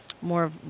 more